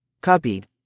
Copied